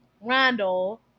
Randall